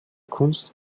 kunst